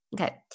Okay